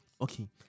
Okay